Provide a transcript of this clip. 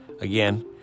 again